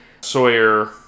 Sawyer